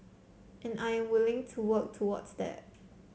and I am willing to work towards that